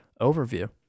overview